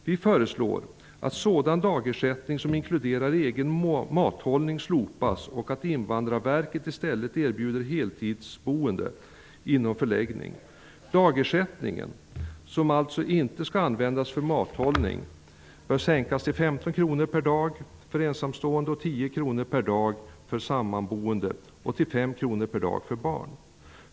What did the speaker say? Vi föreslår att sådan dagersättning som inkluderar egen mathållning slopas och att Invandrarverket i stället erbjuder heltidsboende inom förläggning. Dagersättningen, som alltså inte skall användas för mathållning, bör sänkas till 15 kr per dag för ensamstående, 10 kr per dag för sammanboende samt 5 kr per dag för barn.